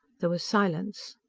there was silence.